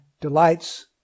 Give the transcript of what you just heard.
delights